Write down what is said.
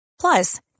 Plus